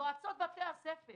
יועצות בתי הספר